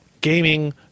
Gaming